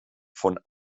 von